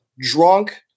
drunk